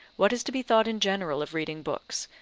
what is to be thought in general of reading books,